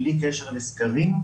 בלי קשר לסגרים,